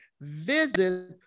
visit